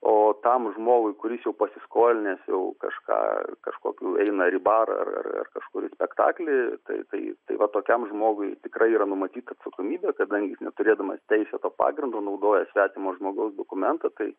o tam žmogui kuris jau pasiskolinęs jau kažką kažkokių eina ir į barą ar ar kažkur spektaklį tai tai ta va tokiam žmogui tikrai yra numatyta atsakomybė kadangi jis neturėdamas teisėto pagrindo naudoja svetimo žmogaus dokumentą tai